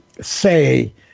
say